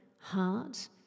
heart